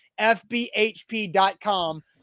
FBHP.com